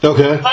Okay